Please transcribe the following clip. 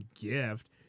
gift